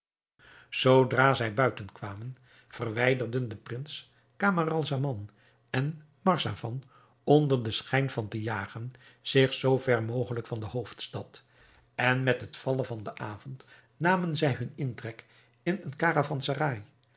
zoodra zij buiten kwamen verwijderden de prins camaralzaman en marzavan onder den schijn van te jagen zich zoo ver mogelijk van de hoofdstad en met het vallen van den avond namen zij hun intrek in een karavanserai waar